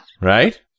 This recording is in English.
Right